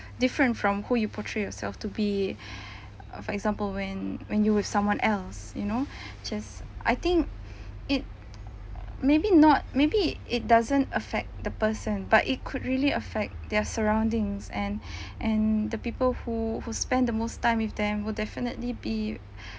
different from who you portray yourself to be uh for example when when you with someone else you know just I think it maybe not maybe it doesn't affect the person but it could really affect their surroundings and and the people who who spend the most time with them would definitely be